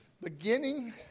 beginning